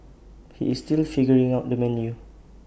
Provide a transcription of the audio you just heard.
he is still figuring out the menu